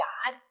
God